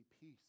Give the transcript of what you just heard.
peace